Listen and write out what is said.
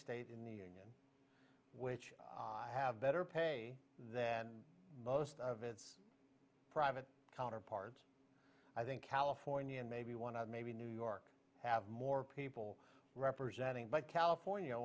state in the which i have better pay then most of it's private counterparts i think california and maybe want to maybe new york have more people representing like california